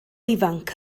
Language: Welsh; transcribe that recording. ifanc